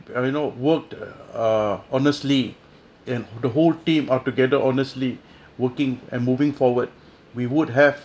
and you know worked uh honestly in the whole team up together honestly working and moving forward we would have